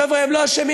חבר'ה, הם לא אשמים.